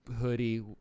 Hoodie